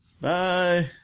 Bye